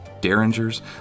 Derringers